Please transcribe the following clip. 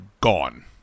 gone